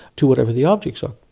to whatever the objects are.